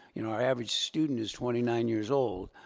you know our average student is twenty nine years old.